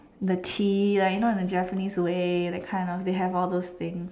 the tea like you know the Japanese way that kind they have all those things